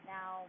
Now